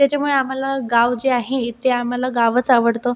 त्याच्यामुळे आम्हाला गाव जे आहे ते आम्हाला गावच आवडतं